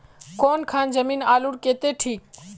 कौन खान जमीन आलूर केते ठिक?